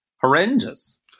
horrendous